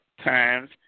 times